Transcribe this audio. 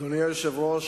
אדוני היושב-ראש,